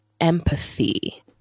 empathy